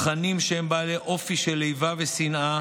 תכנים שהם בעלי אופי של איבה ושנאה